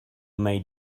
may